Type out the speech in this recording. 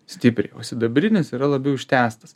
stipriai o sidabrinis yra labiau ištęstas